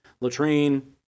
latrine